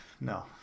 No